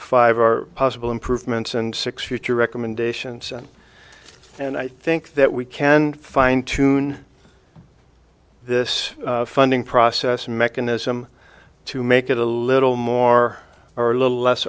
five are possible improvements and six future recommendations and i think that we can fine tune this funding process mechanism to make it a little more or